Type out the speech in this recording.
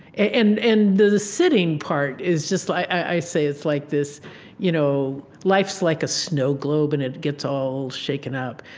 and and the sitting part is just i say it's like this you know life's like a snow globe and it gets all shaken up.